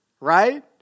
right